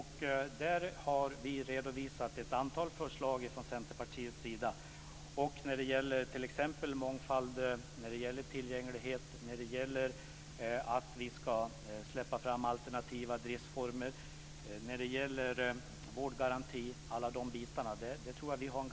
Jag tror att vi har en ganska klar samsyn när det gäller t.ex. mångfald, tillgänglighet, framsläppande av alternativa driftsformer, vårdgaranti osv.